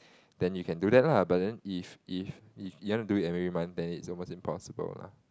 then you can do that lah but then if if if you want to do it every month then is almost impossible lah